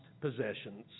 possessions